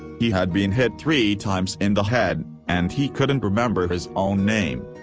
he had been hit three times in the head, and he couldn't remember his own name.